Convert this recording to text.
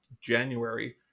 January